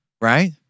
Right